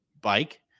bike